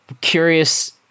Curious